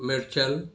میرچل